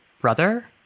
brother